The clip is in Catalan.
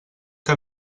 que